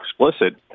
explicit